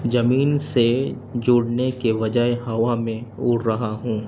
زمین سے جوڑنے کے وجہ ہوا میں اڑ رہا ہوں